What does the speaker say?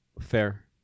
fair